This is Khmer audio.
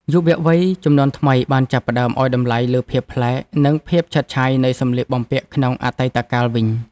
យុវវ័យជំនាន់ថ្មីបានចាប់ផ្តើមឱ្យតម្លៃលើភាពប្លែក និងភាពឆើតឆាយនៃសម្លៀកបំពាក់ក្នុងអតីតកាលវិញ។